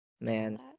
Man